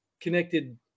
connected